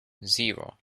zero